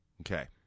Okay